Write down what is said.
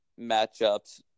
matchups